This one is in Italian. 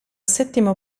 settimo